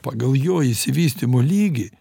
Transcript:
pagal jo išsivystymo lygį